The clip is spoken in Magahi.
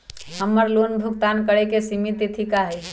हमर लोन भुगतान करे के सिमित तिथि का हई?